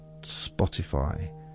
Spotify